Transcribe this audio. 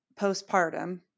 postpartum